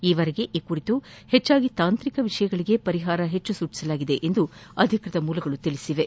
ಈವರೆಗೆ ಈ ಕುರಿತು ಹೆಚ್ಲಾಗಿ ತಾಂತ್ರಿಕ ವಿಷಯಗಳಿಗೇ ಪರಿಹಾರ ಸೂಚಿಸಲಾಗಿದೆ ಎಂದು ಅಧಿಕೃತ ಮೂಲಗಳು ತಿಳಿಸಿವೆ